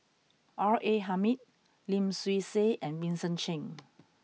R A Hamid Lim Swee Say and Vincent Cheng